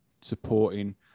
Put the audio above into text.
supporting